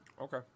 Okay